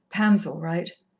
pam's all right.